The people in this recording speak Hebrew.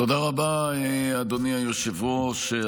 תודה רבה, אדוני היושב-ראש.